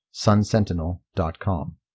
SunSentinel.com